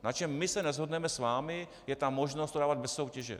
Na čem my se neshodneme s vámi, je ta možnost to dávat bez soutěže.